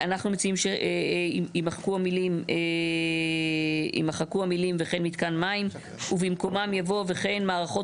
אנחנו מציעים שיימחקו המילים "וכן מתקן מים" ובמקומן יבוא "וכן מערכות